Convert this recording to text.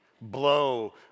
blow